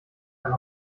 kann